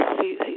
see